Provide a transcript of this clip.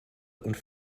und